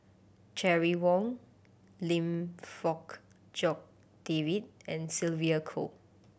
Terry Wong Lim Fong Jock David and Sylvia Kho